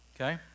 Okay